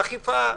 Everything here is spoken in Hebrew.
אכיפה,